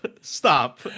stop